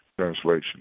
translation